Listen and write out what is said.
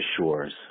shores